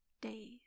days